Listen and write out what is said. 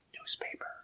Newspaper